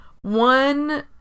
one